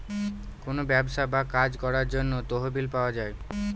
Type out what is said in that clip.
কোনো ব্যবসা বা কাজ করার জন্য তহবিল পাওয়া যায়